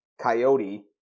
coyote